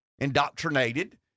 indoctrinated